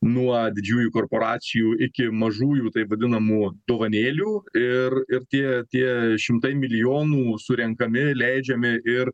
nuo didžiųjų korporacijų iki mažųjų taip vadinamų dovanėlių ir ir tie tie šimtai milijonų surenkami leidžiami ir